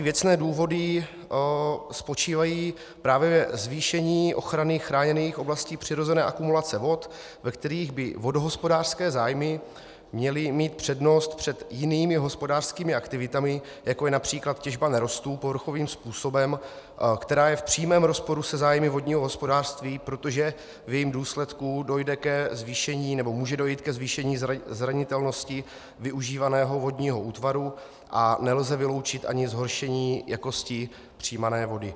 Věcné důvody spočívají právě ve zvýšení ochrany chráněných oblastí přirozené akumulace vod, ve kterých by vodohospodářské zájmy měly mít přednost před jinými hospodářskými aktivitami, jako je např. těžba nerostů povrchovým způsobem, která je v přímém rozporu se zájmy vodního hospodářství, protože v jejím důsledku dojde ke zvýšení, nebo může dojít ke zvýšení zranitelnosti využívaného vodního útvaru a nelze vyloučit ani zhoršení jakosti přijímané vody.